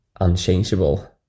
unchangeable